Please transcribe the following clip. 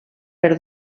per